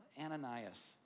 Ananias